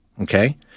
Okay